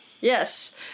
yes